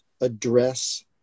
address